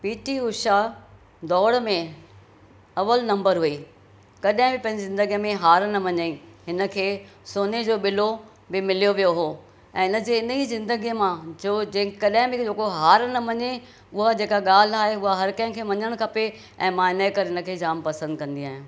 P T Usha डोड़ में अवल नम्बर हुई कॾहिं पंहिंजी ज़िंदगीअ में हार न मञिय ई हिनखे सोने जो बिलो बि मिलियो वियो हुओ ऐं हिनजे इन्हीअ ज़िंदगीअ मां जो ज कॾहिं बि हार न मञयई उहा जेका ॻाल्हि आहे उहा हर कंहिं खे मञणु खपे ऐं मां हिनजे करे हिनखे जाम पसंदि कंदी आहियां